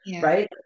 right